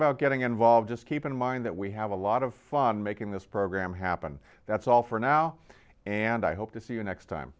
about getting involved just keep in mind that we have a lot of fun making this program happen that's all for now and i hope to see you next time